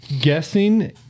guessing